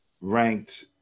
ranked